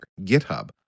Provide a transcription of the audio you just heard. GitHub